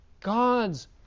God's